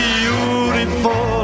beautiful